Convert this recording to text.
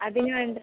അത് ഞാനുണ്ട്